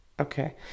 Okay